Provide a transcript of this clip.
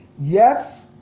Yes